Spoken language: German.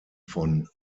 von